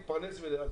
להתפרנס.